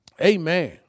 Amen